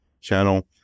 channel